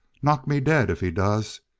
knock me dead if he does.